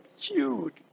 huge